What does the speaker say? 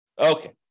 Okay